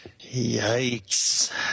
Yikes